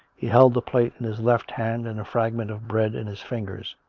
he held the plate in his left hand and a fragment of bread in his fingers.